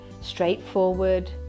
straightforward